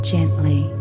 Gently